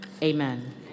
Amen